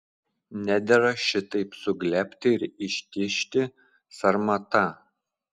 nedera šitaip suglebti ir ištižti sarmata